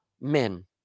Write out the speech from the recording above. men